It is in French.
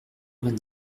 vingt